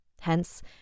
Hence